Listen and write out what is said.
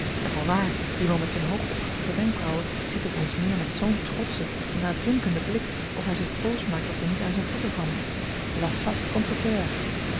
en voorwaar die man met zijn hoog opgetrokken wenkbrauwen ziet op ons neer met zoo'n trotschen laatdunkenden blik of hij zich boos maakt dat wij niet aan zijne voeten vallen